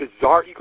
bizarre